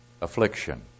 affliction